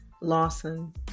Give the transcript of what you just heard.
Lawson